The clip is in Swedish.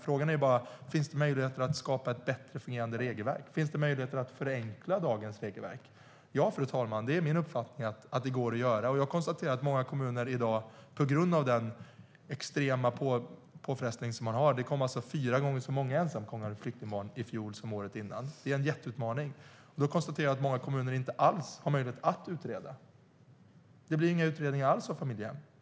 Frågan är bara om det finns möjligheter att skapa ett bättre fungerande regelverk. Finns det möjligheter att förenkla dagens regelverk? Ja, fru talman, min uppfattning är att det går att göra. Det kom alltså fyra gånger så många ensamkommande flyktingbarn i fjol som det gjorde året innan, och det är en jätteutmaning. Jag konstaterar att många kommuner i dag, på grund av den extrema påfrestning man har, inte har möjlighet att utreda alls. Det blir inga utredningar alls av familjehem.